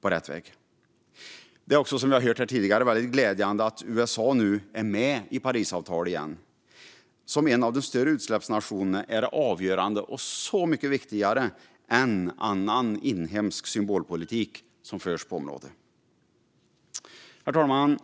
på rätt väg. Precis som vi har hört tidigare är det glädjande att USA nu är med i Parisavtalet igen. Eftersom USA är en av de större utsläppsnationerna är det avgörande och så mycket viktigare än annan inhemsk symbolpolitik som förs på området. Herr talman!